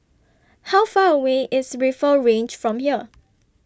How Far away IS Rifle Range from here